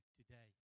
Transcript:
today